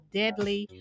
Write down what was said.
deadly